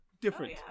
Different